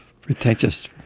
Pretentious